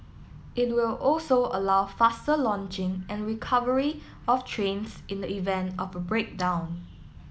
it will also allow faster launching and recovery of trains in the event of a breakdown